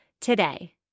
today